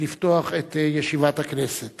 מזכירת הכנסת